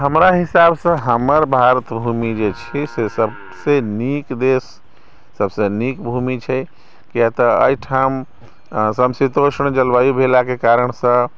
हमरा हिसाबसँ हमर भारत भूमि जे छै से सभसँ नीक देश सभसँ नीक भूमि छै कियाक तऽ एहिठाम सम शीतोष्ण जलवायु भेलाके कारणसँ